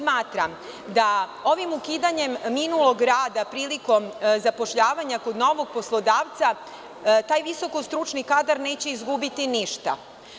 Smatram da ovim ukidanjem minulog rada prilikom zapošljavanja kod novog poslodavca, taj visoko stručni kadar neće izgubiti ništa.